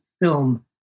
film